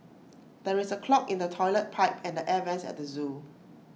there is A clog in the Toilet Pipe and the air Vents at the Zoo